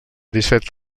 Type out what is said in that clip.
disset